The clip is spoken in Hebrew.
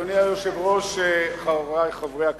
אדוני היושב-ראש, חברי חברי הכנסת,